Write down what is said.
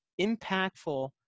impactful